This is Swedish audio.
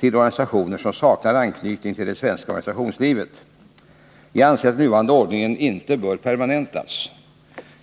till organisationer som saknar anknytning till det svenska organisationslivet. Jag anser att den nuvarande ordningen inte bör permanentas.